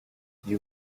you